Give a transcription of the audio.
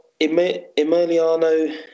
Emiliano